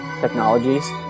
technologies